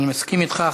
אני מסכים איתך.